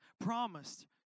promised